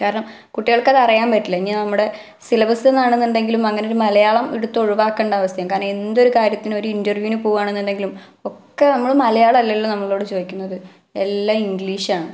കാരണം കുട്ടികൾക്കതറിയാൻ പറ്റില്ല ഇനി നമ്മുടെ സിലബസ് കാണുന്നുണ്ടെങ്കിലും അങ്ങനെയൊരു മലയാളം എടുത്തൊഴിവാക്കേണ്ട അവസ്ഥയാകും കാരണം എന്തൊരു കാര്യത്തിനും ഒരു ഇൻറ്റർവ്യൂന് പോവുകയാണെന്നുണ്ടെങ്കിലും ഒക്കെ നമ്മള് മലയാളമല്ലല്ലോ നമ്മളോട് ചോദിക്കുന്നത് എല്ലാം ഇംഗ്ലീഷാണ്